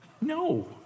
No